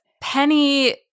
Penny